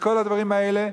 וכל הדברים האלה,